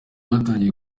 batangiye